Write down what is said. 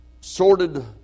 sordid